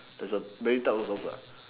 there's a many type of salsa